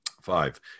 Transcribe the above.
five